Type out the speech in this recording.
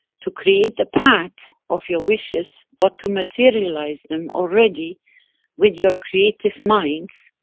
to create the path of your wishes, but to materialize them already with your creative minds,